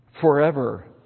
forever